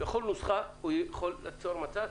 כל נוסחה יכולה ליצור מצב,